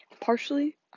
Partially